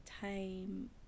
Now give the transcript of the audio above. time